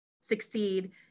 succeed